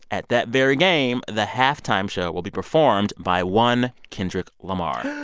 at that very game, the halftime show will be performed by one kendrick lamar.